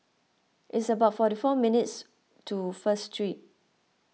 it's about forty four minutes' walk to First Street